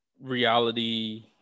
reality